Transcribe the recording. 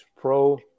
pro